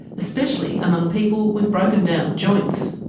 especially among people with broken down joints.